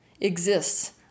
exists